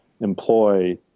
employ